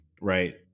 right